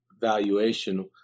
valuation